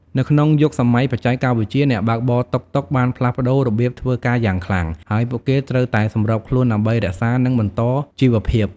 នៅក្នុងយុគសម័យបច្ចេកវិទ្យា អ្នកបើកបរតុកតុកបានផ្លាស់ប្ដូររបៀបធ្វើការយ៉ាងខ្លាំង ហើយពួកគេត្រូវតែសម្របខ្លួនដើម្បីរក្សានិងបន្តជីវភាព។